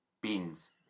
Beans